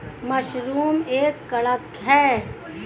mushroom एक कवक है